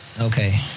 Okay